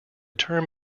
term